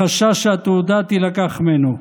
מחשש שהתעודה תילקח ממנו.